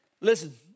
Listen